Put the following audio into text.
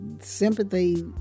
Sympathy